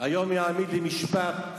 היום יעמיד במשפט."